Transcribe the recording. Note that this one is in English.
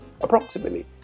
approximately